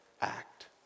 act